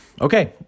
Okay